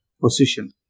position